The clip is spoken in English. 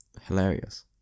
Hilarious